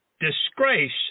Disgrace